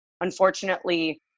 unfortunately